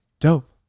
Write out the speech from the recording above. dope